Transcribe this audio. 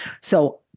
So-